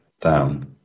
down